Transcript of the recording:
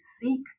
seek